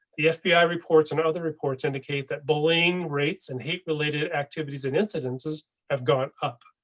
the fbi reports and other reports indicate that bullying rates and hate related activities and incidences have gone up.